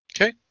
Okay